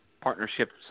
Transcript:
partnerships